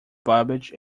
babbage